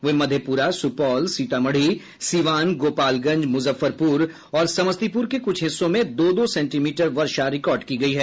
वहीं मधेप्रा सुपौल सीतामढ़ी सिवान गोपालगंज मुजफ्फरपुर और समस्तीपुर के कुछ हिस्सों में दो दो सेंटीमीटर वर्षा रिकार्ड की गयी है